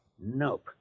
Nope